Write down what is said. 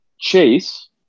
chase